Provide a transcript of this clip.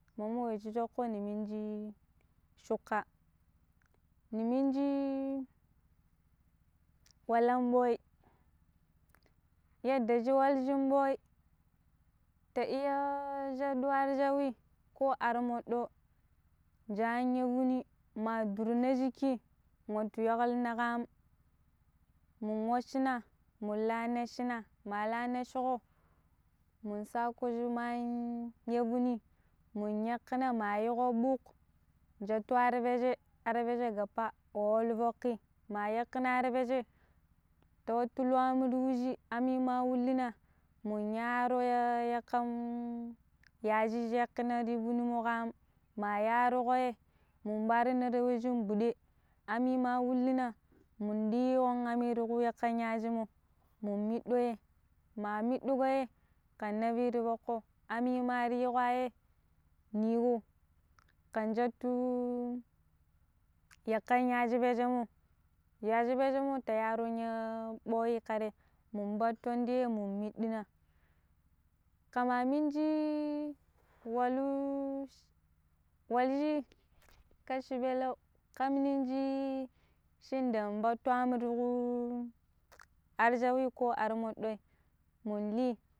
﻿Ummo we ci choƙƙo ni minji chuƙƙa Ni minji walan bwei yadda ci waljin bwei ta iya chaɗu ar chauwi ko ar moɗɗo chaan ya vunii ma durna chikki wattu yaklina ƙo̱ aam mun waccina mun la̱ neccina ma la̱ necciƙao mu sako chuman ya vuni mun yakkina ma yiiƙo̱ ɗuuk chattu ar peje ar peje gappa wa walu foƙƙi ma yaƙƙina ar peje ta wattu luu a̱m tu wuji ami ma wullina mu ya̱a̱ro ya yakkan ya̱jii chi yakkina ta vuni ƙa aam ma yaaru ƙo yeyi mun parina ta we cin gɓuɗe ami ma wullina mun ɗiiƙon aami tu ƙu yakkan yaaji mo mun miɗɗo yeyi ma middon yeyi ƙan napi ta fokko aami ma riiƙo yeyi niƙo ƙan chattu yakkan yaaji pece mo yaaji pece mo ta yaaron ya bwei ƙa re mun patton teyi mun miɗɗina ƙa ma minji walu walji ƙashi pelau kamnin ci cin ɗan patto am tu ƙu ar chau wi ƙo ar moɗɗoi mun lii